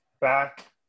back